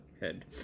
head